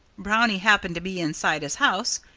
brownie happened to be inside his house.